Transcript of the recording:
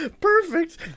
perfect